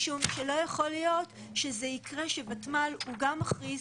משום שלא יכול להיות שיקרה שוותמ"ל הוא גם מכריז,